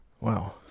Wow